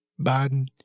Biden